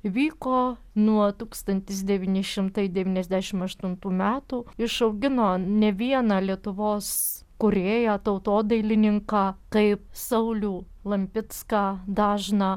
vyko nuo tūkstantis devyni šimtai devyniasdešim aštuntų metų išaugino ne vieną lietuvos kūrėją tautodailininką kaip saulių lampicką dažną